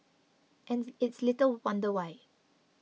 and it's little wonder why